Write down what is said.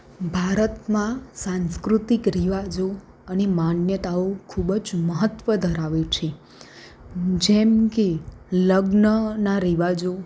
ભારતમાં સાંસ્કૃતિક રિવાજો અને માન્યતાઓ ખૂબ જ મહત્ત્વ ધરાવે છે જેમ કે લગ્નના રિવાજો